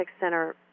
center